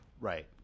Right